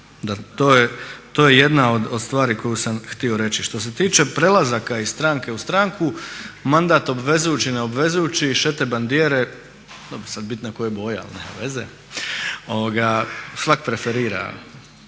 to je jedna od stvari koju sam htio reći. Što se tiče prelazaka iz stranke u stranku mandat obvezujući, neobvezujući, …/Govornik se ne razumije./…, dobro sad bitno je koja je boja ali nema veze. Svak' preferira